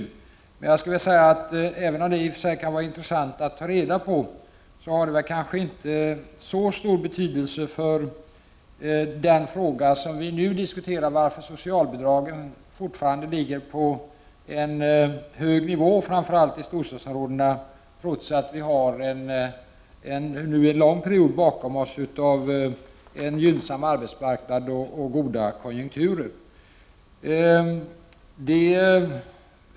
Även om det i och för sig kan vara intressant att ta reda på det, har det kanske inte så stor betydelse för den fråga som vi nu diskuterar, nämligen varför socialbidragen fortfarande ligger på en hög nivå framför allt i storstadsområdena, trots att vi har en lång period bakom oss med en gynnsam arbetsmarknad och goda konjunkturer.